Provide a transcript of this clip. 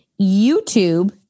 youtube